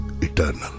eternal